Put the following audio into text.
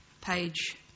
page